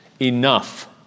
enough